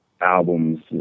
albums